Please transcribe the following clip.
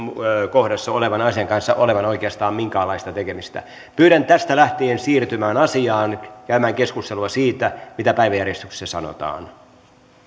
kohdassa olevan asian kanssa oikeastaan minkäänlaista tekemistä pyydän tästä lähtien siirtymään asiaan käymään keskustelua siitä mitä päiväjärjestyksessä sanotaan